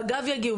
מג"ב יגיעו?